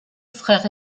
frères